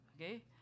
okay